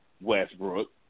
Westbrook